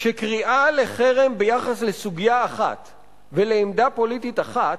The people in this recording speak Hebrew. שקריאה לחרם ביחס לסוגיה אחת ולעמדה פוליטית אחת,